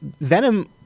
Venom